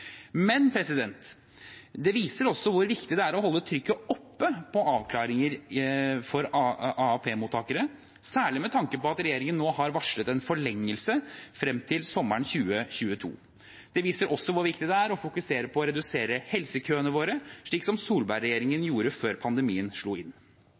Det viser hvor viktig det er å holde trykket oppe på avklaringer for AAP-mottakere, særlig med tanke på at regjeringen har varslet en forlengelse frem til sommeren 2022. Det viser også hvor viktig det er å fokusere på å redusere helsekøene våre, slik Solberg-regjeringen gjorde før pandemien slo inn.